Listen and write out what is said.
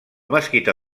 mesquita